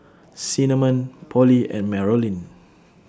Cinnamon Pollie and Marolyn